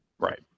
Right